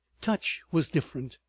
touch was different,